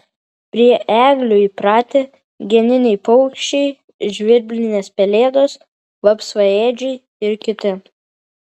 prie eglių įpratę geniniai paukščiai žvirblinės pelėdos vapsvaėdžiai ir kiti